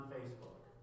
Facebook